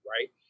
Right